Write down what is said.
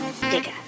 digger